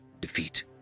defeat